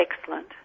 excellent